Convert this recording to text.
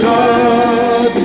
God